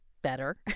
Better